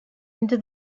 into